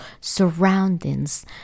surroundings